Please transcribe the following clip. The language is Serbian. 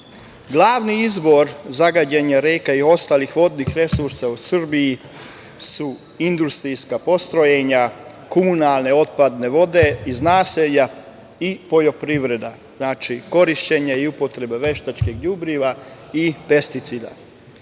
izvor zagađenja reka i ostalih vodnih resursa u Srbiji su industrijska postrojenja, komunalne otpadne vode iz naselja i poljoprivreda, znači, korišćenje i upotreba veštačkih đubriva i pesticida. Jedna